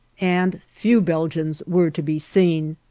and few belgians were to be seen.